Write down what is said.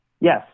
Yes